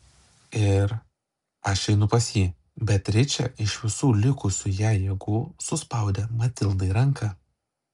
ir aš einu pas jį beatričė iš visų likusių jai jėgų suspaudė matildai ranką